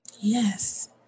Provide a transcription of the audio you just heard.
Yes